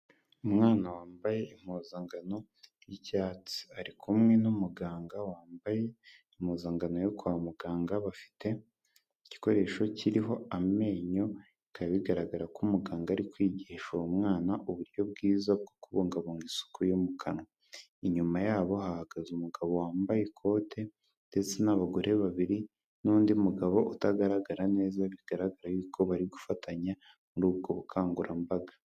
Umwana wambaye impuzankano y'icyatsi, ari kumwe n'umuganga wambaye impuzankano yo kwa muganga bafite igikoresho kiriho amenyo bikaba bigaragara ko umuganga ari kwigisha uwo mwana uburyo bwiza bwo kubungabunga isuku yo mu kanwa. inyuma yabo hahagaze umugabo wambaye ikote ndetse n'abagore babiri nundi mugabo utagaragara neza bigaragara yuko bari gufatanya muri ubwo bukangurambaga.